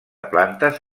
plantes